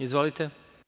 Izvolite.